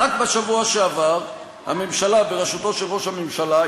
"רק בשבוע שעבר הממשלה" בראשותו של ראש הממשלה,